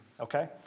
okay